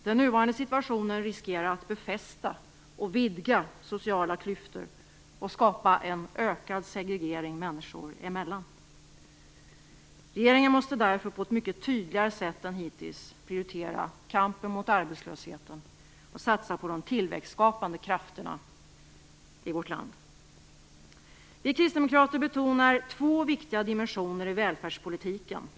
Den nuvarande situationen riskerar att befästa och vidga sociala klyftor och skapa en ökad segregering människor emellan. Regeringen måste därför på ett mycket tydligare sätt än hittills prioritera kampen mot arbetslösheten och satsa på de tillväxtskapande krafterna i vårt land. Vi kristdemokrater betonar två viktiga dimensioner i välfärdspolitiken.